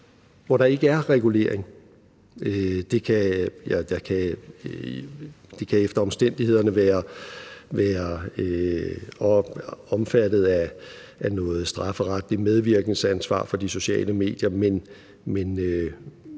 hvor der ikke er regulering. Det kan efter omstændighederne være omfattet af noget strafferetligt, medvirkensansvar for de sociale medier, men